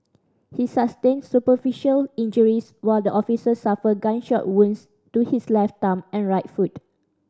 he sustained superficial injuries while the officer suffered gunshot wounds to his left thumb and right foot